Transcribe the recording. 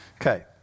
Okay